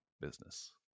business